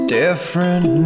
different